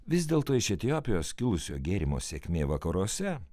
vis dėl to iš etiopijos kilusio gėrimo sėkmė vakaruose